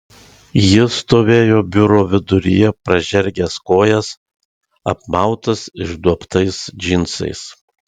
jis stovėjo biuro viduryje pražergęs kojas apmautas išduobtais džinsais